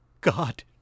God